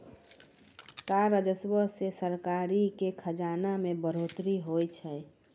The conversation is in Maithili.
कर राजस्व से सरकारो के खजाना मे बढ़ोतरी होय छै